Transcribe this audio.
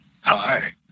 Hi